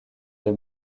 les